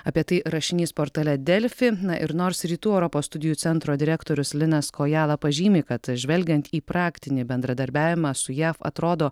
apie tai rašinys portale delfi ir nors rytų europos studijų centro direktorius linas kojala pažymi kad žvelgiant į praktinį bendradarbiavimą su jav atrodo